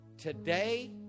Today